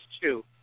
two